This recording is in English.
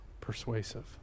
persuasive